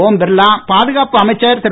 ஒம் பிர்லா பாதுகாப்பு அமைச்சர் திரு